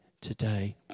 today